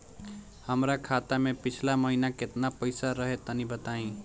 हमरा खाता मे पिछला महीना केतना पईसा रहे तनि बताई?